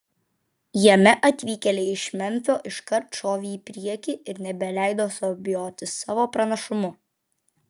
jame atvykėliai iš memfio iškart šovė į priekį ir nebeleido suabejoti savo pranašumu